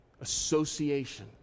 association